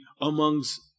amongst